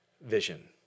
vision